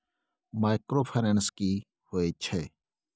Microfinance की होय छै?